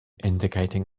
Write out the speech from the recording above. indicating